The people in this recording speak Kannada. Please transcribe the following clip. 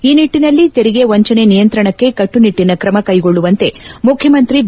ಈ ನಿಟ್ಟನಲ್ಲಿ ತೆರಿಗೆ ವಂಚನೆ ನಿಯಂತ್ರಣಕ್ಕೆ ಕಟ್ಟುನಿಟ್ಟಿನ ಕ್ರಮ ಕೈಗೊಳ್ಳುವಂತೆಮುಖ್ಯಮಂತ್ರಿ ಬಿ